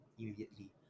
immediately